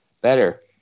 better